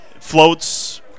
floats